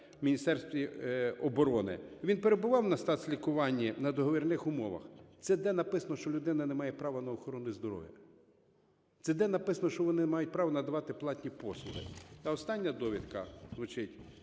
у Міністерстві оборони. Він перебував на стацлікуванні на договірних умовах." Це де написано, що людина не має права на охорону здоров'я? Це де написано, що вони мають право надавати платні послуги? А остання довідка звучить: